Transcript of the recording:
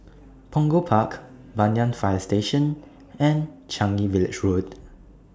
Punggol Park Banyan Fire Station and Changi Village Road